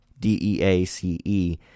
D-E-A-C-E